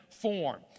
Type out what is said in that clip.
form